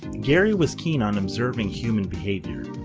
gary was keen on observing human behavior.